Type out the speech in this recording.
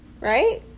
right